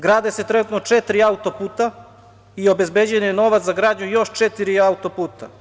Grade se trenutno četiri autoputa i obezbeđen je novac za gradnju još četiri autoputa.